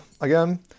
again